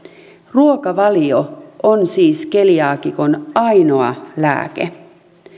ruokavalio on siis keliaakikon ainoa lääke